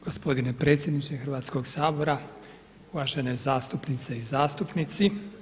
Gospodine predsjedniče Hrvatskoga sabora, uvažene zastupnice i zastupnici.